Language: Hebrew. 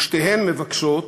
ושתיהן מבקשות,